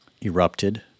erupted